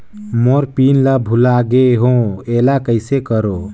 मोर pin ला भुला गे हो एला कइसे करो?